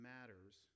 Matters